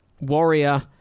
warrior